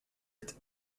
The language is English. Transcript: its